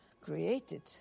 created